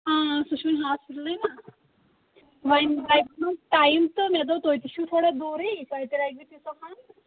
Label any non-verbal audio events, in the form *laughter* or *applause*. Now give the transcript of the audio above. اۭں سُہ چھُ وٕنۍ ہاسپِٹلٕے نا وۄنۍ لَگۍ *unintelligible* ٹایم تہٕ مےٚ دوٚپ تُہۍ تہِ چھُو تھوڑا دوٗرٕے تۄہہِ تہِ لَگِوٕ *unintelligible*